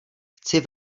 chci